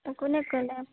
অঁ কোনে ক'লে